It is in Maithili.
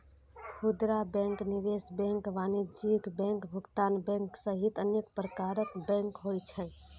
खुदरा बैंक, निवेश बैंक, वाणिज्यिक बैंक, भुगतान बैंक सहित अनेक प्रकारक बैंक होइ छै